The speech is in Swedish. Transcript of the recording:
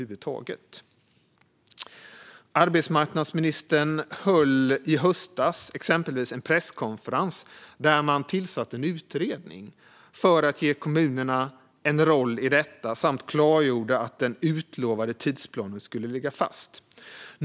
Arbetsmarknadsministern höll i höstas exempelvis en presskonferens där man tillsatte en utredning för att ge kommunerna en roll i detta samt klargjorde att den utlovade tidsplanen skulle ligga fast.